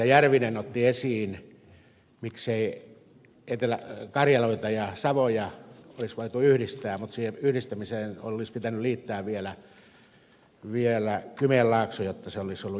järvinen otti esiin miksei karjaloita ja savoja olisi voitu yhdistää mutta siihen yhdistämiseen olisi pitänyt liittää vielä kymenlaakso jotta se olisi ollut järkevää